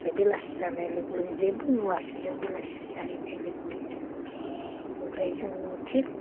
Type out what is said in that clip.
आमफ्राय बेलासि जानाय लोगो लोगो जेबो नुवासै जों बेलासि जाहैनाय लोगो लोगो ओमफ्राय जों थिक